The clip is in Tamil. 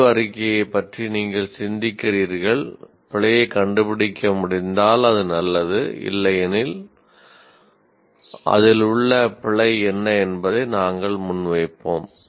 விளைவு அறிக்கையைப் பற்றி நீங்கள் சிந்திக்கிறீர்கள் பிழையைக் கண்டுபிடிக்க முடிந்தால் அது நல்லது இல்லையெனில் அதில் உள்ள பிழை என்ன என்பதை நாங்கள் முன்வைப்போம்